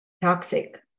toxic